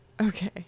Okay